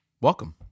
Welcome